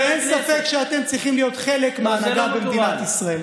ואין ספק שאתם צריכים להיות חלק מההנהגה במדינת ישראל.